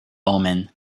omen